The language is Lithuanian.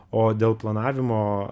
o dėl planavimo